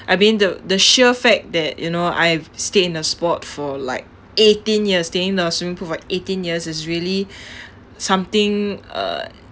I mean the the sheer fact that you know I have stayed in a sport for like eighteen years staying in the swimming pool for eighteen years is really something uh